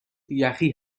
یخی